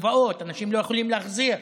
הלוואות שאנשים לא יכולים להחזיר.